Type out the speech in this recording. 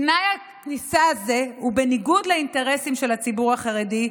תנאי הכניסה הזה הוא בניגוד לאינטרסים של הציבור החרדי,